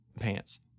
pants